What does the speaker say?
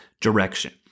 direction